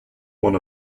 one